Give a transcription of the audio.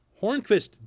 Hornquist